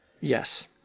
Yes